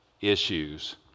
issues